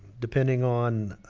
depending on.